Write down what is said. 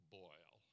boil